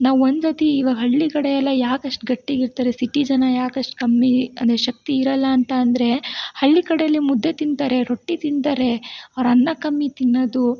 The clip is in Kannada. ನಾವು ಒಂದು ಸತಿ ಇವಾಗ ಹಳ್ಳಿಕಡೆ ಎಲ್ಲ ಯಾಕೆ ಅಷ್ಟು ಗಟ್ಟಿಗಿರ್ತಾರೆ ಸಿಟಿ ಜನ ಯಾಕೆ ಅಷ್ಟು ಕಮ್ಮಿ ಅಂದರೆ ಶಕ್ತಿ ಇರೋಲ್ಲ ಅಂತ ಅಂದರೆ ಹಳ್ಳಿ ಕಡೆಯಲ್ಲಿ ಮುದ್ದೆ ತಿಂತಾರೆ ರೊಟ್ಟಿ ತಿಂತಾರೆ ಅವ್ರು ಅನ್ನ ಕಮ್ಮಿ ತಿನ್ನೊದು